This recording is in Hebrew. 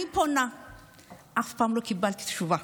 אני פונה, אף פעם לא קיבלתי תשובה.